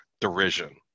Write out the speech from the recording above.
derision